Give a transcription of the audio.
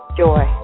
joy